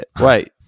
Wait